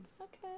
Okay